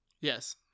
Yes